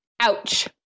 Ouch